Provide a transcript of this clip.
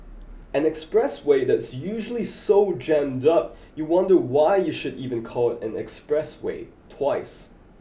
an expressway that is usually so jammed up you wonder why you should even call it an expressway twice